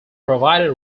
provided